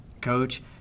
coach